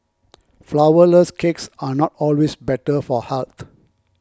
Flourless Cakes are not always better for health